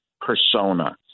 persona